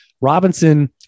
Robinson